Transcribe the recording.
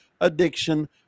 addiction